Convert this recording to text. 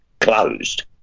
closed